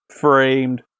framed